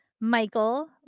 Michael